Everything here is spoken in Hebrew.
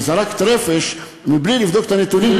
שזרקת רפש מבלי לבדוק את הנתונים,